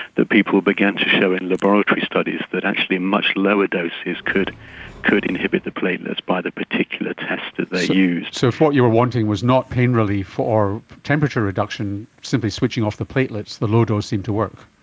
people began to show in laboratory studies that actually much lower doses could could inhibit the platelets by the particular test that they used. so if what you were wanting was not pain relief or temperature reduction, simply switching off the platelets, the low-dose seemed to work.